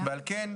על כן,